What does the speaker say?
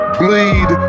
bleed